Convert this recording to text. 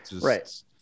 Right